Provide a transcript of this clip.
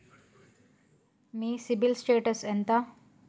మీ CIBIL status ఎంత?